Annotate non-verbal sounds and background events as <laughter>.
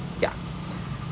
ya <breath>